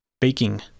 baking